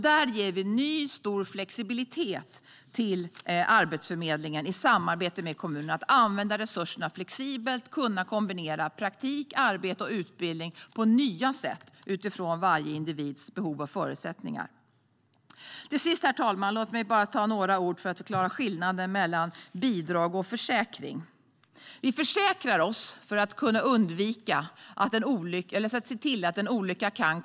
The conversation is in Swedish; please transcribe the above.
Där inför vi en ny stor flexibilitet för att Arbetsförmedlingen i samarbete med kommunerna ska använda resurserna flexibelt och kombinera praktik, arbete och utbildning på nya sätt utifrån varje individs behov och förutsättningar. Herr talman! Till sist vill jag säga bara några ord för att förklara skillnaden mellan bidrag och försäkring. Vi försäkrar oss för att få ett skydd om det sker en olycka.